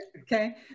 Okay